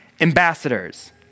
ambassadors